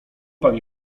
pani